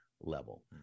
level